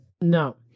No